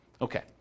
Okay